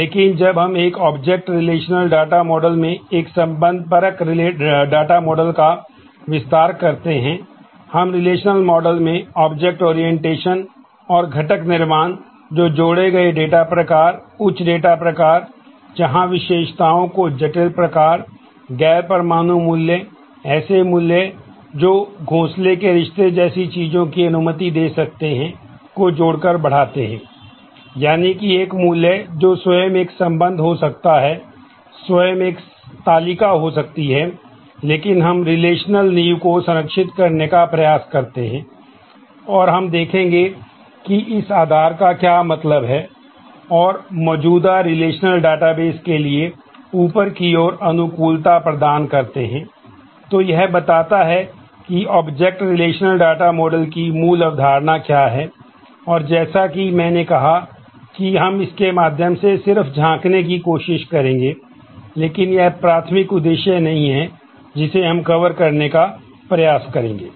लेकिन जब हम एक ऑब्जेक्ट रिलेशनल डेटा मॉडल की मूल अवधारणा क्या है और जैसा कि मैंने कहा कि हम इसके माध्यम से सिर्फ झांकने की कोशिश करेंगे लेकिन यह प्राथमिक उद्देश्य नहीं है जिसे हम कवर करने का प्रयास करेंगे